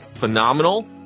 phenomenal